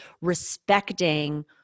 respecting